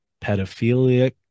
pedophilic